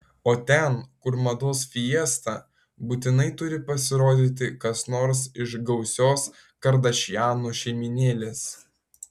o ten kur mados fiesta būtinai turi pasirodyti kas nors iš gausios kardašianų šeimynėlės